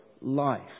life